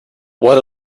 what